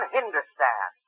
Hindustan